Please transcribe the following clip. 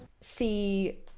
see